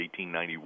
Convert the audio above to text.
1891